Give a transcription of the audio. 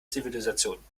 zivilisation